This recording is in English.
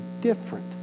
different